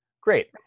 great